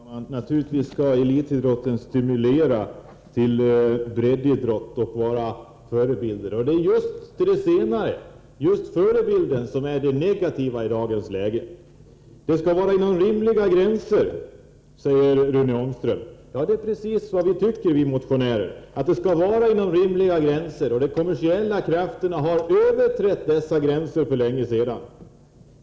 Herr talman! Naturligtvis skall elitidrotten stimulera till breddidrott och utövarna av elitidrott vara förebilder. Men det är just förebilderna som är det negativa i dagens läge. Det skall vara inom rimliga gränser, säger Rune Ångström. Det är precis vad vi motionärer tycker. Men de kommersiella krafterna har överträtt dessa gränser för länge sedan.